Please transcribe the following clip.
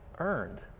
earned